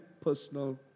personal